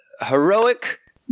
heroic